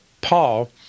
Paul